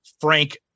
Frank